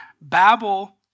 Babel